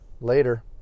Later